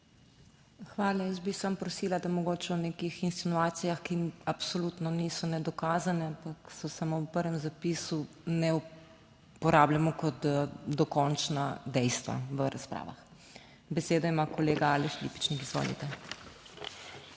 Hvala. Jaz bi samo prosila, da mogoče o nekih insinuacijah, ki absolutno niso nedokazane, ampak so samo v prvem zapisu, ne uporabljamo kot dokončna dejstva v razpravah. Besedo ima kolega Aleš Lipičnik. Izvolite.